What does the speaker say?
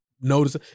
notice